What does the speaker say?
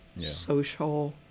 social